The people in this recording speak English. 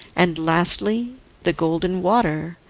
and lastly the golden water,